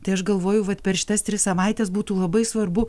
tai aš galvoju vat per šitas tris savaites būtų labai svarbu